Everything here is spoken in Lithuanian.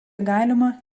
galima